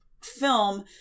film